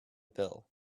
bill